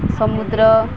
ସମୁଦ୍ର